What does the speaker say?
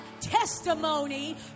testimony